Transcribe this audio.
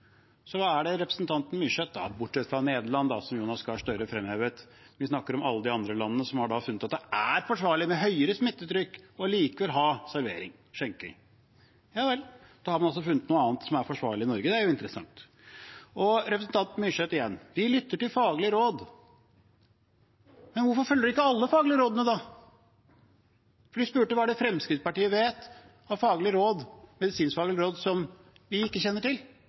bortsett fra Nederland, som Jonas Gahr Støre fremhevet – vi snakker om alle de andre landene som har funnet ut at det med høyere smittetrykk likevel er forsvarlig å ha servering og skjenking. Ja vel, da har man altså funnet ut at noe annet er forsvarlig i Norge, og det er interessant. Representanten Myrseth igjen: Vi lytter til faglige råd. Men hvorfor følger de ikke alle de faglige rådene? De spurte hva Fremskrittspartiet vet om medisinskfaglige råd som ikke de kjenner til.